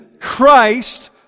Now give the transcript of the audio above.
Christ